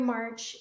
March